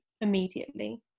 immediately